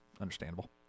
understandable